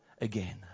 again